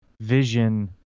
vision